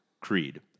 Creed